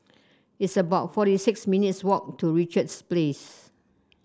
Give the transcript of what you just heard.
it's about forty six minutes' walk to Richards Place